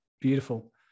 Beautiful